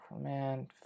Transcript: man